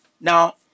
Now